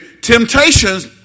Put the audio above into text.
Temptations